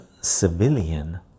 civilian